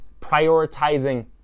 prioritizing